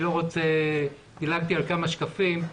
דילגתי על כמה שקפים.